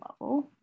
level